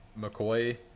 mccoy